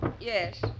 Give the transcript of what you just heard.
Yes